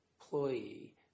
employee